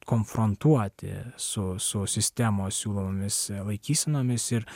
konfrontuoti su su sistemos siūlomomis laikysenomis ir